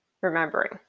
remembering